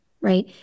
right